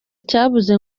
icyabuze